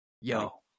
Yo